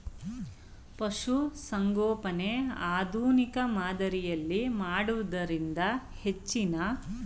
ಪಶುಸಂಗೋಪನೆ ಆಧುನಿಕ ಮಾದರಿಯಲ್ಲಿ ಮಾಡುವುದರಿಂದ ಹೆಚ್ಚಿನ ಆದಾಯ ಪಡಿಬೋದು